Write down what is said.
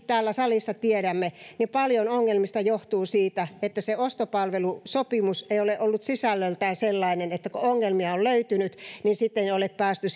täällä salissa tiedämme paljon ongelmista johtuu siitä että ostopalvelusopimus on ollut sisällöltään sellainen että kun ongelmia on löytynyt niin sitten ei ole päästy